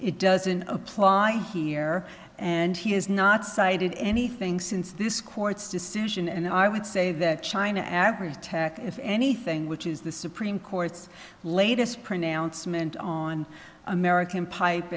it doesn't apply here and he is not cited anything since this court's decision and i would say that china average attack if anything which is the supreme court's latest pronouncement on american pipe